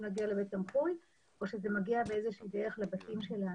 להגיע לבית תמחוי או שזה מגיע באיזושהי דרך לבתים שלהם?